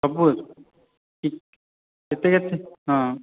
ସବୁ ଅଛି କେତେ କେତେ ହଁ